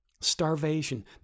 starvation